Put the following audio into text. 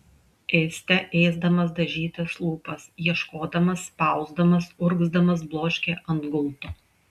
ėste ėsdamas dažytas lūpas ieškodamas spausdamas urgzdamas bloškė ant gulto